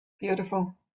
beautiful